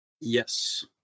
yes